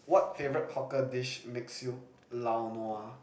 what favourite hawker dish makes you lao nua